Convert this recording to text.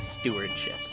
stewardship